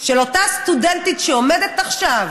של אותה סטודנטית, שעומדת עכשיו